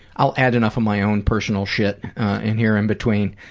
i'll add enough of my own personal shit in here in between.